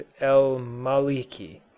el-Maliki